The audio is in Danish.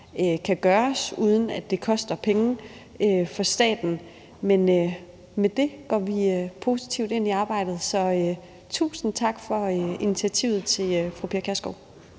kan gøres, uden at det koster penge for staten. Men med det går vi positivt ind i arbejdet. Tusind tak til fru Pia Kjærsgaard